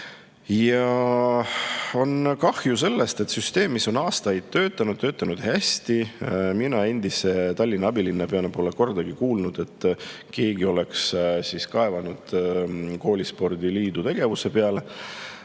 saa? Kahju on sellest, et süsteem on aastaid töötanud, ja töötanud hästi. Mina endise Tallinna abilinnapeana pole kordagi kuulnud, et keegi oleks kaevanud koolispordi liidu tegevuse peale.